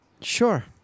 Sure